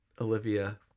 Olivia